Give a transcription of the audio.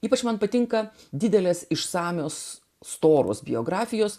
ypač man patinka didelės išsamios storos biografijos